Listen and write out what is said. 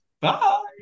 Bye